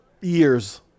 years